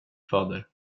fader